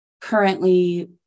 Currently